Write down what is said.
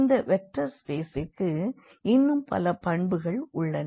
இந்த வெக்டர் ஸ்பேசுக்கு இன்னும் பல பண்புகள் உள்ளன